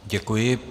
Děkuji.